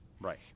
Right